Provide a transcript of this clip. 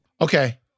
Okay